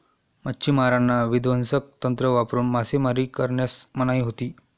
मच्छिमारांना विध्वंसक तंत्र वापरून मासेमारी करण्यास मनाई होती